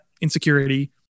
insecurity